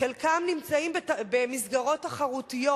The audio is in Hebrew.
חלקם נמצאים במסגרות תחרותיות,